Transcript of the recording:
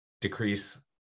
decrease